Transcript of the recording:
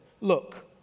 look